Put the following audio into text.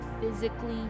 physically